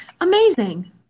Amazing